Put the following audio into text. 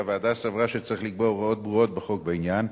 והוועדה סברה שצריך לקבוע הוראות ברורות בחוק בעניין.